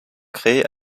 créé